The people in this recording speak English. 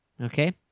Okay